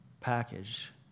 package